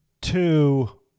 Two